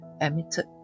emitted